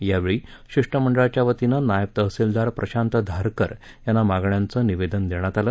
यावेळी शिष्टमंडळाच्यावतीने नायब तहसिलदार प्रशांत धारकर यांना मागण्याचे निवेदन देण्यात आले